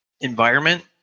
environment